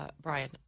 Brian